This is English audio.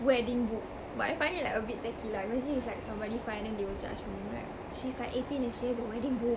wedding book but I find it like a bit tacky lah like imagine if like somebody find then they will judge me you know like she's like eighteen and she has a wedding book